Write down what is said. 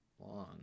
long